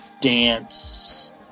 dance